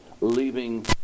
Leaving